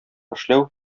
эшләү